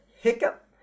hiccup